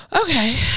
Okay